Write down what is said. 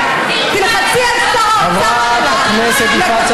באנו לקדם עניינים חברתיים.